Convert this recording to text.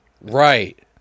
Right